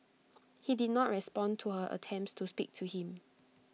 he did not respond to her attempts to speak to him